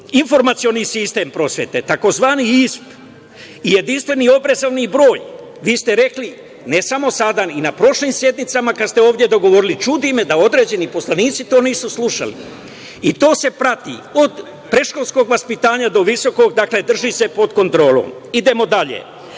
informacioni sistem prosvete, tzv. JISP, jedinstveni obrazovni broj. Vi ste rekli, ne samo sada, i na prošlim sednicama, kad ste ovde dogovorili, čudi me da određeni poslanici to nisu slušali. To se prati, od predškolskog vaspitanja, do visokog, drži se pod kontrolom. Idemo dalje.I